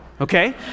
Okay